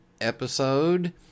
episode